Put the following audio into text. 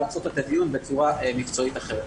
--- לקיים את הדיון בצורה מקצועית אחרת.